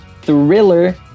thriller